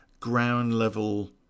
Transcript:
Ground-level